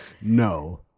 No